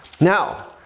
Now